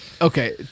okay